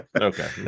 okay